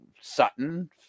Sutton